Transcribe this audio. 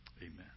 amen